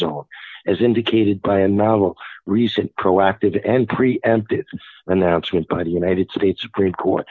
zone as indicated by a novel recent proactive and preemptive announcement by the united states supreme court